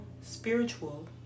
spiritual